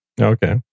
Okay